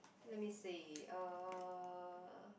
let me see uh